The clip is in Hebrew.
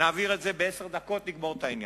נעביר את זה בעשר דקות ונגמור את העניין.